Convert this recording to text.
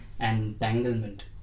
entanglement